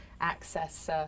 access